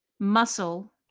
muscle,